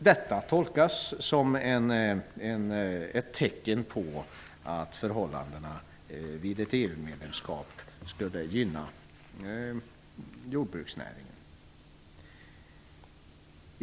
Detta tolkas som ett tecken på att ett EU medlemskap skulle gynna jordbruksnäringen.